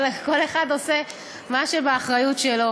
כל אחד עושה במה שבאחריותו.